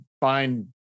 find